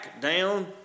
down